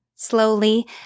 Slowly